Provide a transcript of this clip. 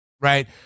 right